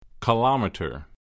Kilometer